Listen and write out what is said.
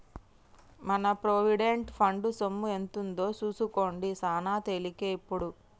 మన provident fund సొమ్ము ఎంతుందో సూసుకోడం సాన తేలికే ఇప్పుడు